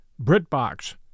BritBox